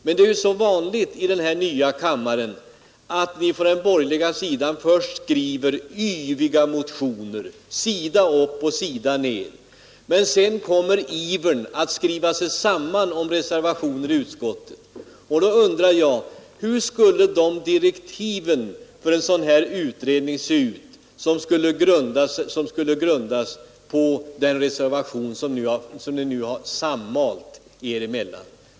Det är ju så vanligt i den här nya kammaren att ni på den borgerliga sidan först skriver yviga motioner sida upp och sida ner, men sedan kommer ivern att skriva sig samman om reservationer i utskottet! Hur skulle de direktiv för en sådan här utredning se ut som skulle grundas på den reservation som ni nu har samlat er kring?